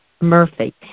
Murphy